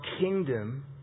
kingdom